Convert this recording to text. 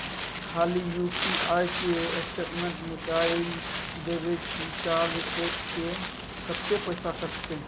खाली यु.पी.आई के स्टेटमेंट निकाइल देबे की चार्ज कैट के, कत्ते पैसा कटते?